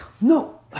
No